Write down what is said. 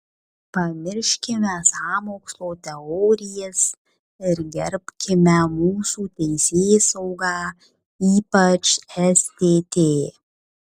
pamirškime sąmokslo teorijas ir gerbkime mūsų teisėsaugą ypač stt